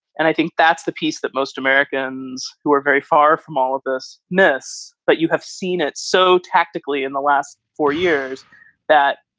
and i think that's the piece that most americans who are very far from all of this. but you have seen it so tactically in the last four years that,